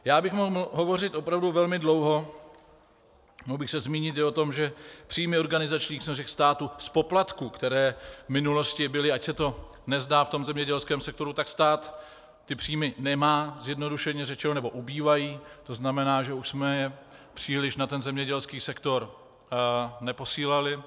Mohl bych hovořit opravdu velmi dlouho, mohl bych se zmínit i o tom, že příjmy organizačních složek státu z poplatků, které v minulosti byly, ač se to nezdá, v zemědělském sektoru, tak stát ty příjmy nemá, zjednodušeně řečeno, nebo ubývají, to znamená, že už jsme je příliš na zemědělský sektor neposílali.